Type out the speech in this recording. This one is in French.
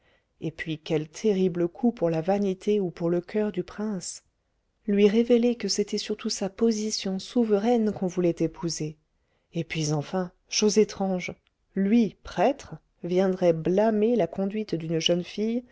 et puis quel terrible coup pour la vanité ou pour le coeur du prince lui révéler que c'était surtout sa position souveraine qu'on voulait épouser et puis enfin chose étrange lui prêtre viendrait blâmer la conduite d'une jeune fille